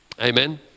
Amen